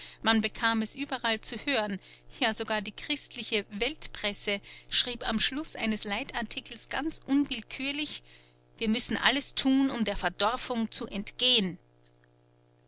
man bekam es überall zu hören ja sogar die christliche weltpresse schrieb am schluß eines leitartikels ganz unwillkürlich wir müssen alles tun um der verdorfung zu entgehen